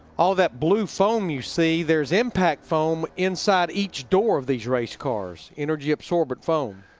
all that blue foam you see, there's impact foam inside each door of these race cars. energy-absorbent foam.